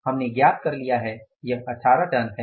हमने ज्ञात कर लिया है यह 18 टन है